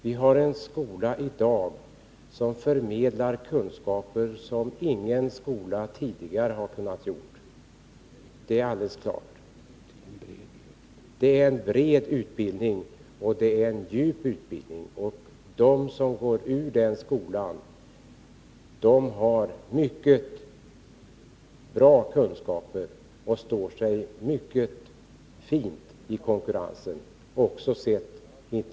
Vi har en skola i dag som förmedlar kunskaper som ingen skola tidigare har kunnat göra — det är alldeles klart. Det är en bred och djup utbildning som skolan förmedlar, och de som går ut ur dagens skola har mycket bra kunskaper och står sig mycket fint i konkurrensen också internationellt sett.